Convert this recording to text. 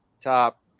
top